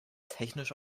technisch